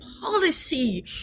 policy